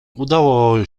udało